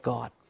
God